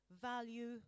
value